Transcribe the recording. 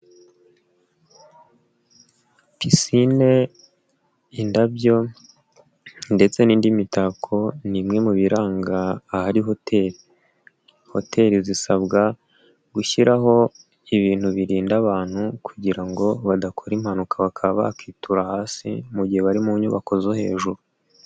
Psine, indabyo ndetse n'indi mitako, ni bimwe mu biranga ahari hotel, hotel zisabwa gushyiraho ibintu birinda abantu kugira ngo badakora impanuka, bakaba bakwitura hasi mu gihe bari mu nyubako zo hejuru.